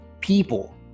people